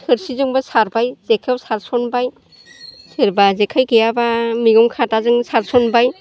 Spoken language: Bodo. थोरसिजोंबो सारबाय जेखायाव सारसनबाय सोरबा जेखाइ गैयाब्ला मैगं खादाजों सारसनबाय